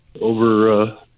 over